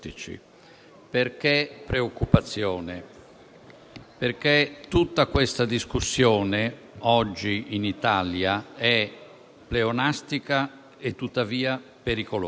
Perché preoccupazione? Tutta questa discussione oggi in Italia è pleonastica e tuttavia pericolosa.